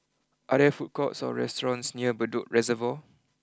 are there food courts or restaurants near Bedok Reservoir